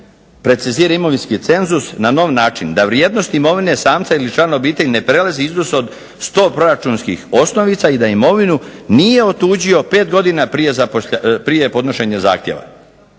precizira imovinski cenzus na nov način. Da vrijednost imovine samca ili člana obitelji ne iznosi iznos od 100 proračunskih osnovica i da imovinu nije otuđio 5 godina prije podnošenja zahtjeva.